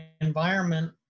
environment